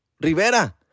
Rivera